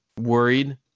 worried